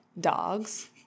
dogs